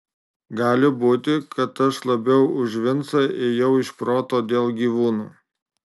gali būti kad aš labiau už vincą ėjau iš proto dėl gyvūnų